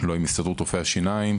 לא עם הסתדרות רופאי השיניים,